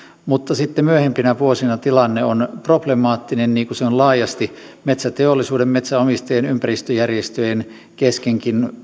mutta sitten myöhempinä vuosina tilanne on problemaattinen niin kuin se on laajasti metsäteollisuuden metsänomistajien ympäristöjärjestöjenkin kesken